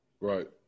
Right